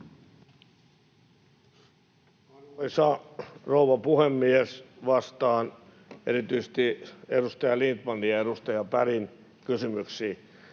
Arvoisa rouva puhemies! Vastaan erityisesti edustaja Lindtmanin ja edustaja Bergin kysymyksiin.